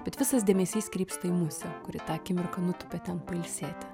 bet visas dėmesys krypsta į musę kuri tą akimirką nutupia ten pailsėti